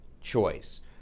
choice